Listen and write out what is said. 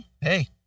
hey